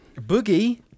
Boogie